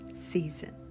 season